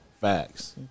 Facts